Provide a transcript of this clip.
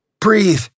Breathe